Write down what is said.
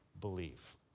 believe